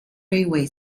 railway